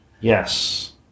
Yes